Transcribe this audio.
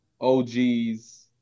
OG's